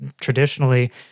traditionally